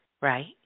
right